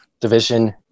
division